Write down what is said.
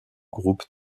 groupe